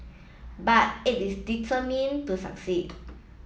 but it is determined to succeed